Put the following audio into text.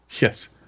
Yes